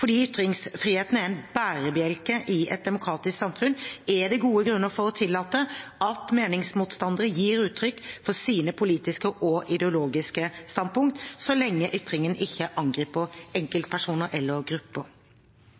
Fordi ytringsfriheten er en bærebjelke i et demokratisk samfunn, er det gode grunner for å tillate at meningsmotstandere gir uttrykk for sine politiske og ideologiske standpunkter, så lenge ytringene ikke angriper enkeltpersoner eller grupper.